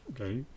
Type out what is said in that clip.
okay